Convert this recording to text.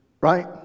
right